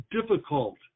difficult